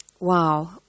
Wow